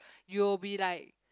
you'll be like